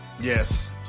Yes